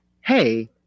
hey